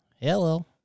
hello